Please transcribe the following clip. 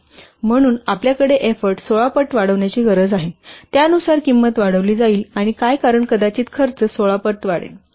म्हणून आपल्याकडे एफ्फोर्ट 16 पट वाढवण्याची गरज आहे त्यानुसार किंमत वाढविली जाईल किंवा काय कारण कदाचित खर्च 16 पट वाढवेल